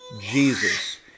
Jesus